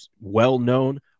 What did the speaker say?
well-known